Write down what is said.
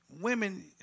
women